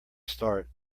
start